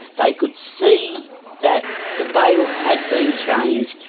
they could see that the bail had been changed.